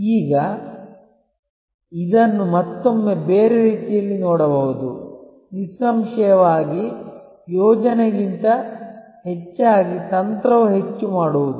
ಈಗ ಇದನ್ನು ಮತ್ತೊಮ್ಮೆ ಬೇರೆ ರೀತಿಯಲ್ಲಿ ನೋಡಬಹುದು ನಿಸ್ಸಂಶಯವಾಗಿ ಯೋಜನೆಗಿಂತ ಹೆಚ್ಚಾಗಿ ತಂತ್ರವು ಹೆಚ್ಚು ಮಾಡುವುದು